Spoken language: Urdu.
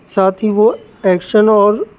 ساتھ ہی وہ ایکشن اور